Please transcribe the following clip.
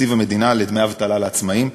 בתקציב המדינה לדמי אבטלה לעצמאים.